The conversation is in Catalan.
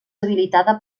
habilitada